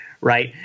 right